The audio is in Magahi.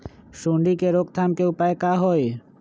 सूंडी के रोक थाम के उपाय का होई?